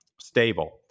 stable